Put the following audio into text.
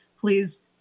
please